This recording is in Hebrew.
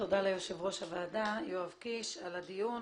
תודה ליושב-ראש הוועדה, יואב קיש על הדיון